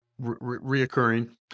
reoccurring